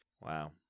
Wow